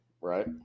right